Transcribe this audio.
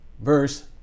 Verse